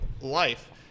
life